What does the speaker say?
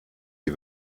die